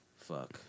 Fuck